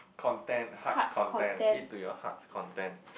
content hearts content eat to your hearts content